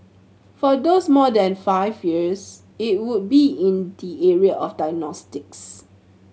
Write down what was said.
for those more than five years it would be in the area of diagnostics